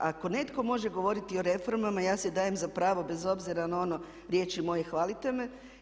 Ako netko može govoriti o reformama ja si dajem za pravo bez obzira na ono riječi moje hvalite me.